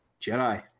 Jedi